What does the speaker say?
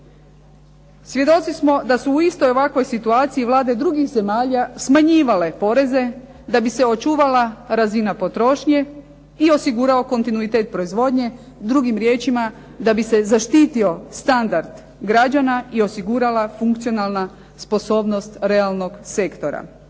Svjedoci smo da su u istoj ovakvoj situaciji vlade drugih zemalja smanjivale poreze da bi se očuvala razina potrošnje i osigurao kontinuitet proizvodnje, drugim riječima da bi se zaštito standard građana i osigurala funkcionalna sposobnost realnog sektora.